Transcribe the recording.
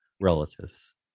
relatives